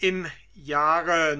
im jahre